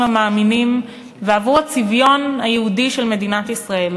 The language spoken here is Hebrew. המאמינים ועבור הצביון היהודי של מדינת ישראל.